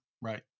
Right